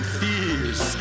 fears